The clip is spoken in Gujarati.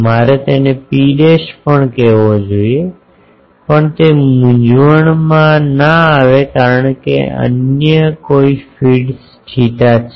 મારે તેને ρ પણ કહેવો જોઈએ પણ તે મૂંઝવણમાં ના આવે કારણ કે અન્ય ફીડ્સ θ છે